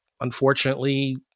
unfortunately